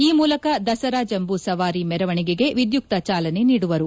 ಈ ಮೂಲಕ ದಸರಾ ಜಂಬೂ ಸವಾರಿ ಮೆರವಣಿಗೆಗೆ ವಿದ್ಯುಕ್ತ ಚಾಲನೆ ನೀಡುವರು